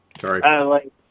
Sorry